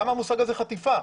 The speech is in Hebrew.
למה המושג הזה חטיפה?